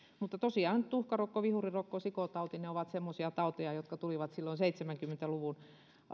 mutta tosiaan tuhkarokko vihurirokko sikotauti ovat semmoisia tauteja jotka tulivat silloin seitsemänkymmentä luvun